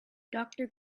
doctor